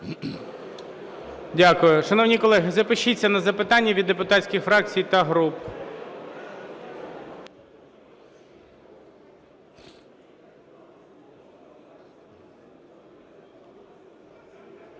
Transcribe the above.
Дякую. Шановні колеги, запишіться на запитання від депутатських фракцій та груп.